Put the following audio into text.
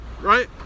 right